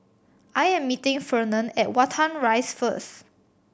I am meeting Fernand at Watten Rise first